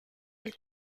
del